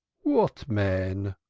what man?